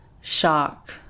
shock